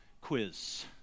quiz